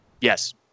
Yes